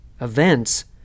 events